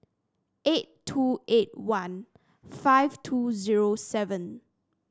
eight two eight one five two zero seven